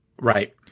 right